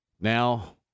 now